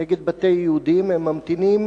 נגד בתי יהודים הם ממתינים